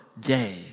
day